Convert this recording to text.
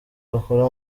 bakora